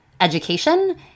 education